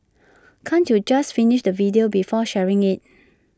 can't you just finish the video before sharing IT